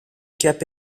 cap